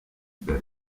dar